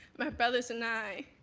my brothers and i,